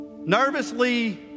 nervously